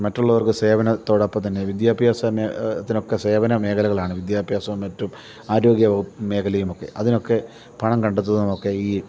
മറ്റുള്ളവർക്ക് സേവനത്തോടൊപ്പം തന്നെ വിദ്യാഭ്യാസ ഇതിനൊക്കെ സേവന മേഖലകളാണ് വിദ്യാഭ്യാസവും മറ്റും ആരോഗ്യ മേഘലയുമൊക്കെ അതിനൊക്കെ പണം കണ്ടെത്തുന്നതൊക്കെ ഈ